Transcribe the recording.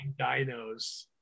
dinos